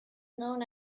known